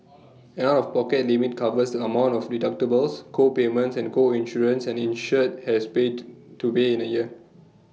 an out of pocket limit covers amount of deductibles co payments and co insurance an insured has prayed to pay in A year